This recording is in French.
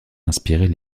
inspirer